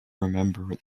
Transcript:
remember